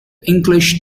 english